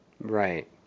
Right